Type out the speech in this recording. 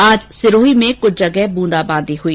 आज सिरोही में कुछ जगह ब्रंदाबांदी हुई